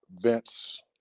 Vince